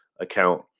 account